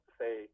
say